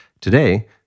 Today